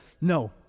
no